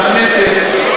מהכנסת,